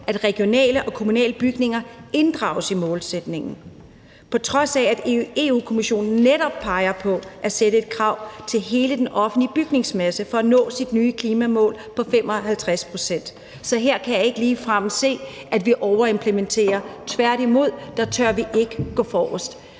at regionale og kommunale bygninger inddrages i målsætningen, på trods af at Europa-Kommissionen netop peger på at sætte et krav til hele den offentlige bygningsmasse for at nå sit nye klimamål på 55 pct. Så her kan jeg ikke ligefrem se, at vi overimplementerer. Tværtimod tør vi her ikke gå forrest,